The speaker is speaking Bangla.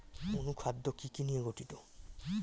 অনুখাদ্য কি কি নিয়ে গঠিত?